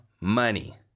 money